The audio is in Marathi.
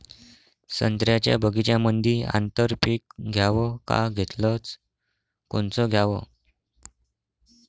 संत्र्याच्या बगीच्यामंदी आंतर पीक घ्याव का घेतलं च कोनचं घ्याव?